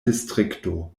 distrikto